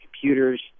computers